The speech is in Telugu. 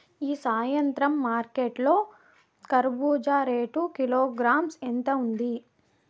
ఈ సాయంత్రం మార్కెట్ లో కర్బూజ రేటు కిలోగ్రామ్స్ ఎంత ఉంది?